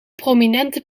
prominente